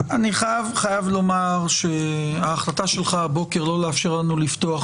אני חייב לומר שההחלטה שלך הבוקר לא לאפשר לנו לפתוח